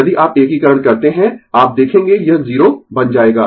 यदि आप एकीकरण करते है आप देखेंगें यह 0 बन जाएगा